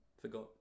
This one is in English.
forgot